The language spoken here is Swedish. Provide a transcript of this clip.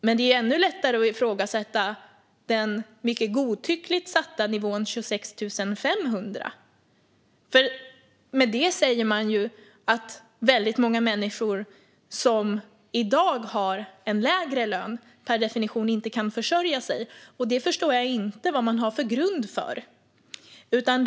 Men det är ännu lättare att ifrågasätta den mycket godtyckligt satta nivån 26 500 kronor, för med den säger man ju att väldigt många människor som i dag har lägre lön per definition inte kan försörja sig. Det förstår jag inte vad man har för grund för.